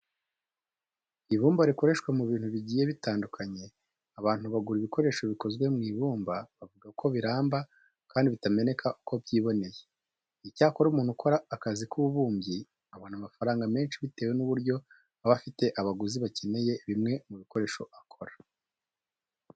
Ibumba rikoreshwa mu bintu bigiye bitandukanye. Abantu bagura ibikoresho bikozwe mu ibumba bavuga ko biramba kandi bitameneka uko byiboneye. Icyakora umuntu ukora akazi k'ububumbyi abona amafaranga menshi bitewe n'uburyo aba afite abaguzi bakeneye bimwe mu bikoresho akora.